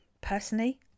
Personally